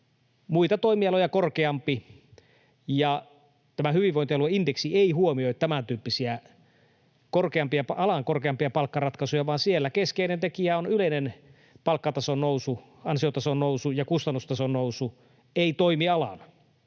muita toimialoja korkeampi, ja tämä hyvinvointialueindeksi ei huomioi tämän tyyppisiä yhden alan korkeampia palkkaratkaisuja, vaan siellä keskeinen tekijä on yleinen palkkatason nousu, ansiotason nousu ja kustannustason nousu, ei toimialan.